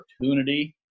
opportunity